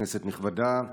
כנסת נכבדה,